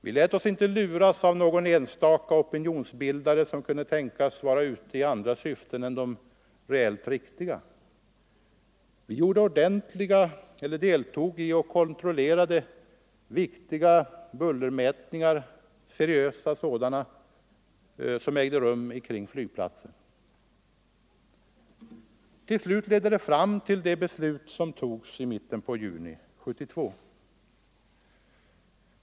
Vi lät oss inte luras av någon enstaka opinionsbildare som kunde tänkas vara ute i andra syften än de reellt riktiga. Vi kontrollerade och lät göra seriösa bullermätningar kring flygplatsen. Slutligen kom vi fram till det beslut som togs i mitten av juni 1972.